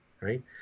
right